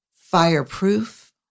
fireproof